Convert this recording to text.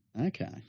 Okay